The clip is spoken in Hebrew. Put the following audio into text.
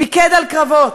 פיקד על קרבות.